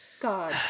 God